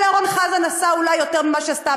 אבל אורן חזן עשה אולי יותר ממה שעשתה